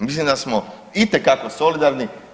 Mislim da smo itekako solidarni.